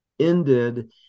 ended